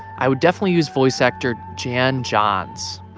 i would definitely use voice actor jan johns.